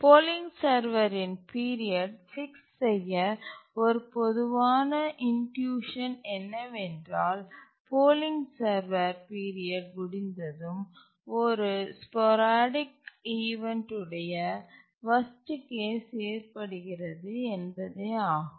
polling server இன் period fix செய்ய ஒரு பொதுவான இன்டியூஷன் என்னவென்றால் போலிங் சர்வர் பீரியட் முடிந்ததும் ஒரு ஸ்போரடிக் ஈவண்ட் உடைய வர்ஸ்ட் கேஸ் ஏற்படுகிறது என்பதே ஆகும்